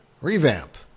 Revamp